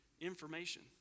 information